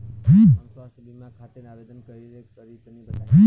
हम स्वास्थ्य बीमा खातिर आवेदन कइसे करि तनि बताई?